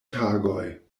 tagoj